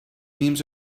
memes